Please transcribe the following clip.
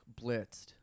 blitzed